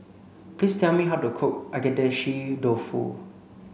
please tell me how to cook Agedashi Dofu